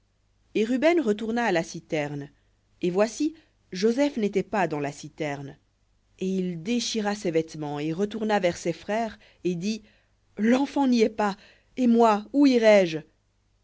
ruben retourna à la citerne et voici joseph n'était pas dans la citerne et il déchira ses vêtements et retourna vers ses frères et dit l'enfant n'y est pas et moi où irai-je